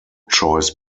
choice